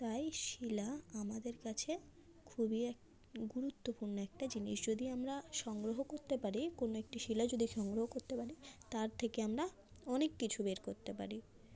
তাই শিলা আমাদের কাছে খুবই এক গুরুত্বপূর্ণ একটা জিনিস যদি আমরা সংগ্রহ করতে পারি কোন একটি শিলা যদি সংগ্রহ করতে পারি তার থেকে আমরা অনেক কিছু বের করতে পারি